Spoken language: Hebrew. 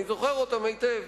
אני זוכר אותם היטב.